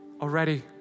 already